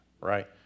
right